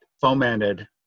fomented